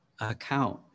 account